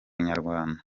nyarwanda